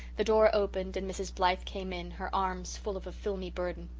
the door opened and mrs. blythe came in, her arms full of a filmy burden.